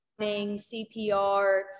CPR